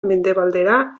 mendebaldera